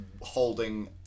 holding